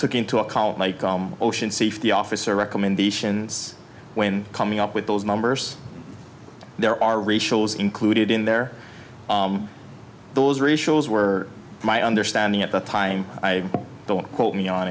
took into account may come ocean safety officer recommendations when coming up with those numbers there are racial is included in there those ratios were my understanding at the time i don't quote me on